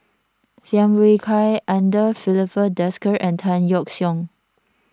Tham Yui Kai andre Filipe Desker and Tan Yeok Seong